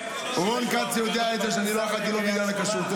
רון כץ יודע שזה שלא אכלתי לא בגלל הכשרות.